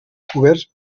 coberts